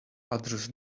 others